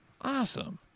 Awesome